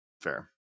fair